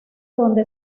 donde